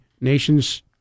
nation's